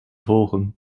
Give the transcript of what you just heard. volgen